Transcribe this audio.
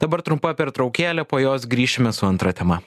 dabar trumpa pertraukėlė po jos grįšime su antra tema